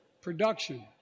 Production